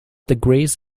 degrees